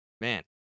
man